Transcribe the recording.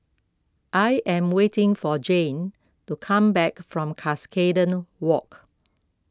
I am waiting for Jane to come back from Cuscaden Walk